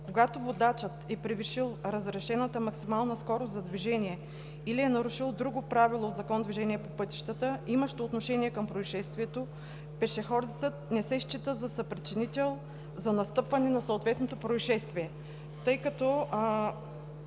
когато водачът е превишил разрешената максимална скорост за движение или е нарушил друго правило от Закона за движение по пътищата, имащо отношение към произшествието, пешеходецът не се счита за съпричинител за настъпване на съответното произшествие“. Не искам